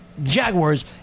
Jaguars